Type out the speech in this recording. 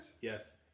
Yes